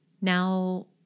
Now